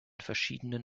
verschiedenen